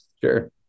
Sure